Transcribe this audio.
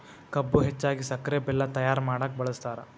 ಕಬ್ಬು ಹೆಚ್ಚಾಗಿ ಸಕ್ರೆ ಬೆಲ್ಲ ತಯ್ಯಾರ ಮಾಡಕ ಬಳ್ಸತಾರ